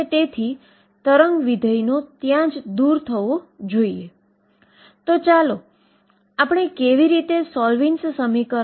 તેથી આ પુર્વભુમિકા આપ્યા પછી હું હવે જેનું ધ્યાન કેન્દ્રિત કરવા માંગું છું તે છે આ સ્ટેશનરી સ્ટેટ માટેનું શ્રોડિંજરSchrödinger સમીકરણ